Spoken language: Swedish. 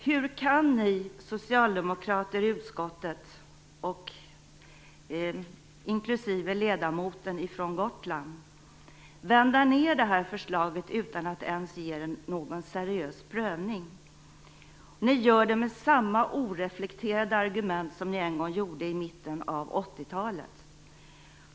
Hur kan ni socialdemokrater i utskottet inklusive ledamoten från Gotland vända ned det här förslaget utan att ens ge det någon seriös prövning? Ni gör det med samma oreflekterade argument som ni en gång gjorde i mitten på 80-talet.